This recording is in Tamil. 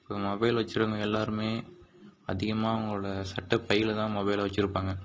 இப்போது மொபைல் வச்சிருக்குற எல்லோருமே அதிகமாக அவங்களோட சட்டைப்பையிலதான் மொபைலை வச்சுருப்பாங்க